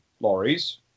lorries